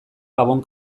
gabon